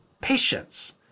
patience